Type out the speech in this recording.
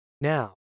Now